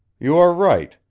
you are right,